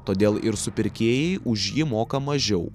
todėl ir supirkėjai už jį moka mažiau